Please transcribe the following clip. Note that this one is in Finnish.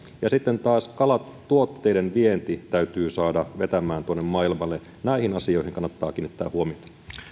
ja sitten taas kalatuotteiden vienti täytyy saada vetämään maailmalle näihin asioihin kannattaa kiinnittää huomiota